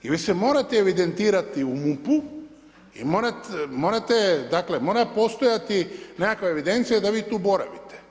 I vi se morate evidentirati u MUP-u i morate dakle mora postojati nekakva evidencija da vi tu boravite.